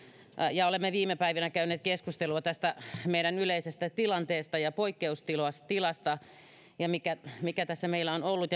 ja olemme viime päivinä käyneet keskustelua tästä meidän yleisestä tilanteesta ja poikkeustilasta mikä mikä tässä meillä on ollut